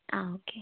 ആ ഓക്കേ